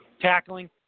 tackling